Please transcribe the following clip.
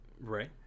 Right